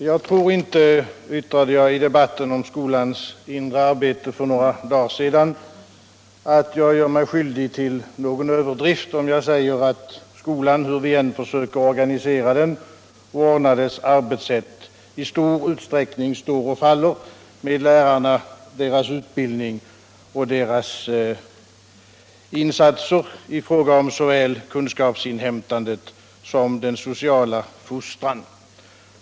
Jag tror inte — yttrade jag i debatten om skolans inre arbete för några dagar sedan — att jag gör mig skyldig till någon överdrift om jag säger att skolan, hur vi än försöker organisera den och ordna dess arbetssätt, i stor utsträckning står och faller med lärarna, deras utbildning och deras insatser i fråga om såväl kunskapsinhämtandet som den sociala fostran.